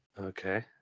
Okay